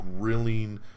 Grilling